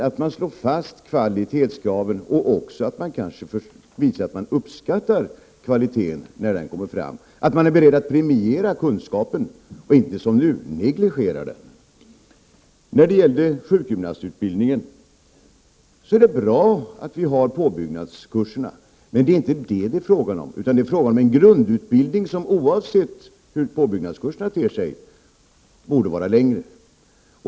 Det gäller även att visa att man uppskattar kvaliteten när den kommer fram och att vara beredd att premiera kunskapen och inte som nu negligera den. När det gäller sjukgymnastutbildningen är det bra med påbyggnadskurserna, men det är ju inte en fråga om dem. Det är fråga om en grundutbildning som oavsett hur påbyggnadskurserna ter sig borde vara längre.